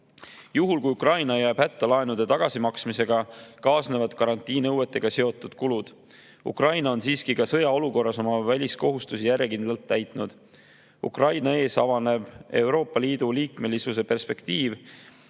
Juhul, kui Ukraina jääb hätta laenude tagasimaksmisega, kaasnevad garantiinõuetega seotud kulud. Ukraina on siiski ka sõjaolukorras oma väliskohustusi järjekindlalt täitnud. Ukraina ees avanev Euroopa Liidu liikmesuse perspektiiv,